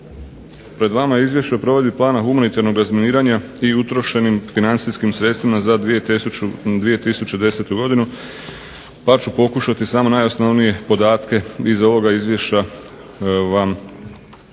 Pred vama je Izvješće o provedbi plana humanitarnog razminiranja i utrošenim financijskim sredstvima za 2010. godinu, pa ću pokušati samo najosnovnije podatke iz ovoga izvješća vam